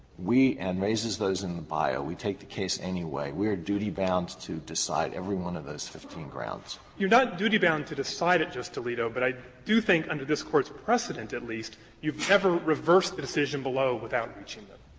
we and raises those in the bio, we take the case anyway, we are duty-bound to decide every one of those fifteen grounds? fisher you're not duty-bound to decide it, justice alito. but i do think under this court's precedent, at least, you have never reversed the decision below without reaching them.